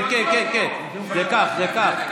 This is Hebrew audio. כן כן כן, זה כך, זה כך.